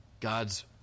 God's